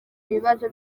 ibibazo